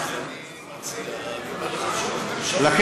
אז אני מציע,